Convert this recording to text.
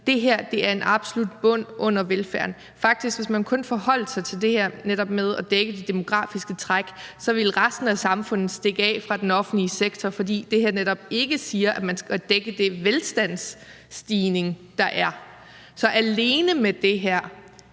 Det her er en absolut bund under velfærden. Hvis man faktisk kun forholdt sig til det her med netop at dække det demografiske træk, så ville resten af samfundet stikke af fra den offentlige sektor, fordi det her netop ikke siger, at man skal have dækket den velstandsstigning, der er. Så alene med det her